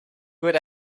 good